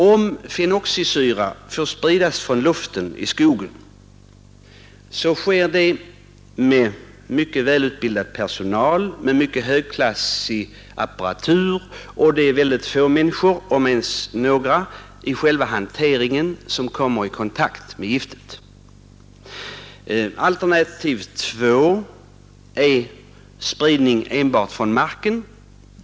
Om en fenoxisyra får spridas från luften in över skogen så sker det med mycket välutbildad personal, med högklassig apparatur och det är få människor — om ens några — som kommer i kontakt med giftet vid själva hanteringen. Alternativ två är spridning enbart från marken.